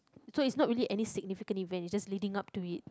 so it's not really any significant event it's just leading up to it